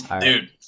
Dude